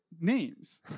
names